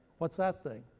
what's that thing?